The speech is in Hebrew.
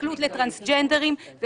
התנכלות לטרנסג'נדרים.